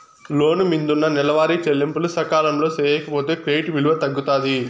లోను మిందున్న నెలవారీ చెల్లింపులు సకాలంలో సేయకపోతే క్రెడిట్ విలువ తగ్గుతాది